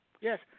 yes